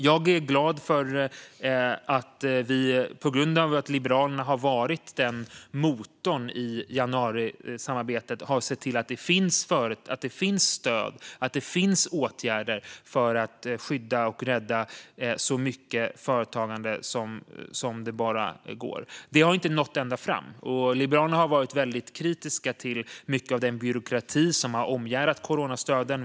Jag är glad över att vi tack vare att Liberalerna har varit motor i januarisamarbetet har sett till att det finns stöd och åtgärder för att skydda och rädda så mycket företagande som det bara går. Det har inte nått ända fram, och Liberalerna har varit väldigt kritiska till mycket av den byråkrati som har omgärdat coronastöden.